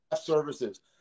services